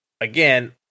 again